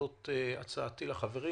זאת הצעתי לחברים.